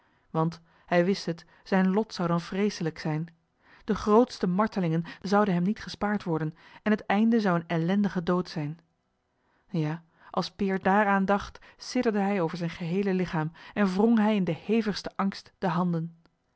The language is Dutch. want hij wist het zijn lof zou dan vreeselijk zijn de grootste martelingen zouden hem niet gespaard worden en het einde zou een ellendige dood zijn ja als peer daaraan dacht sidderde hij over zijn geheele lichaam en wrong hij in den hevigsten angst de handen